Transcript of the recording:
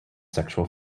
sexual